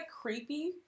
creepy